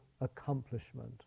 accomplishment